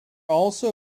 also